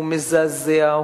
הוא מזעזע,